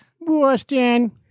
Boston